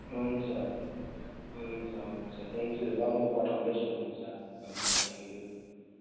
हुन्छ हुन्छ हुन्छ थ्याङ्क यू ल म पठाउँदैछु हुन्छ हुन्छ थ्याङ्क यू